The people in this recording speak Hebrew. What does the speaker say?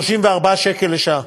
34 שקל לשעה.